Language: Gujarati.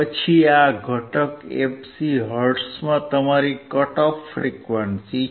પછી આ ઘટક fc હર્ટ્ઝમાં તમારી કટ ઓફ ફ્રીક્વન્સી છે